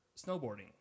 snowboarding